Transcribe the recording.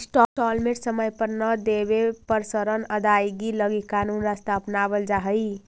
instalment समय पर न देवे पर ऋण अदायगी लगी कानूनी रास्ता अपनावल जा हई